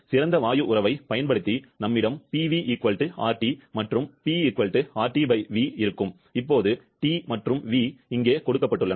சிறந்த வாயு உறவைப் பயன்படுத்தி நம்மிடம் மற்றும் இப்போது T மற்றும் v இங்கே கொடுக்கப்பட்டுள்ளன